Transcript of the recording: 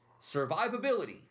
survivability